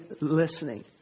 listening